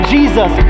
Jesus